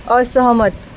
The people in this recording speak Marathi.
असहमत